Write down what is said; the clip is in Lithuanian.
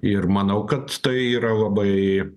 ir manau kad tai yra labai